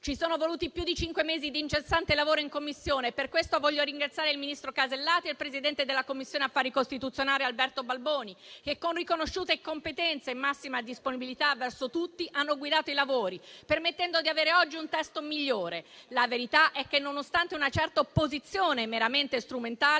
Ci sono voluti più di cinque mesi di incessante lavoro in Commissione e per questo voglio ringraziare il ministro Casellati e il presidente della Commissione affari costituzionali Alberto Balboni, che, con riconosciute competenze e massima disponibilità verso tutti, hanno guidato i lavori permettendo di avere oggi un testo migliore. La verità è che, nonostante una certa opposizione meramente strumentale,